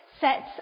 sets